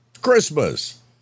Christmas